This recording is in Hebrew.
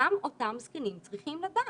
גם אותם זקנים צריכים לדעת.